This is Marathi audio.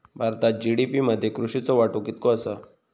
भारतात जी.डी.पी मध्ये कृषीचो वाटो कितको आसा?